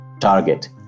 target